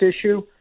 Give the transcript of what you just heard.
issue